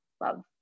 love